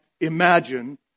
imagine